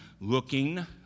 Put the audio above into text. looking